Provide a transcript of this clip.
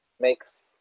makes